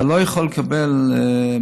אתה לא יכול לקבל במד"א,